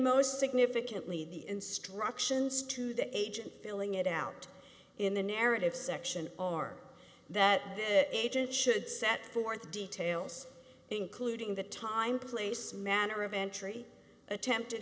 most significantly the instructions to the agent filling it out in the narrative section are that the agent should set forth the details including the time place manner of entry attempted